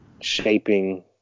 shaping